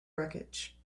wreckage